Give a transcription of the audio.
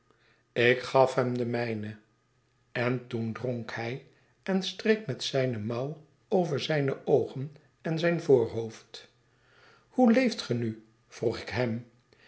ik gaf hem de mijne en toen dronk hij en streek met zijne mouw over zijne oogen en zijn voorhoofd hoe leeft ge nxv y vroeg ik hem